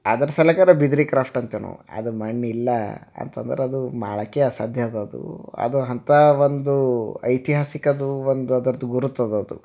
ಅದ್ರ ಸಲ್ಲೆಕರ ಬಿದ್ರಿ ಕ್ರಾಫ್ಟ್ ಅಂತೀವಿ ನಾವು ಅದು ಮಣ್ಣಿಲ್ಲ ಅಂತಂದ್ರೆ ಅದು ಮಾಡೋಕ್ಕೆ ಅಸಾಧ್ಯ ಅದ ಅದು ಅದು ಅಂಥಾ ಒಂದು ಐತಿಹಾಸಿಕದು ಒಂದು ಅದರದ ಗುರುತದ ಅದು